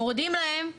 מורידים להם תקציבים,